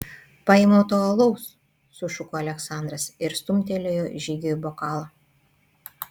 paėmiau tau alaus sušuko aleksandras ir stumtelėjo žygiui bokalą